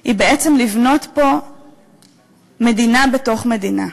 היא לבנות פה מדינה בתוך מדינה.